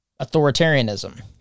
authoritarianism